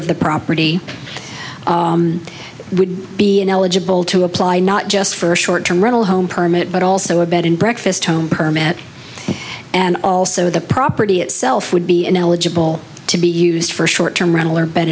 of the property would be ineligible to apply not just for a short term rental home permit but also a bed and breakfast home permit and also the property itself would be ineligible to be used for short term rental or bed